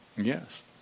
Yes